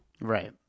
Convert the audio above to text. Right